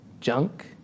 junk